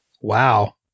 Wow